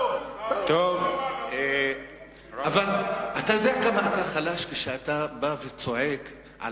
אבל אתה יודע כמה אתה חלש כשאתה בא וצועק על